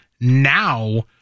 now